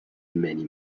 many